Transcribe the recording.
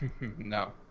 No